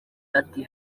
ati